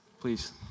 please